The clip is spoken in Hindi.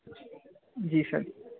जी सर